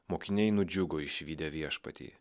mokiniai nudžiugo išvydę viešpatį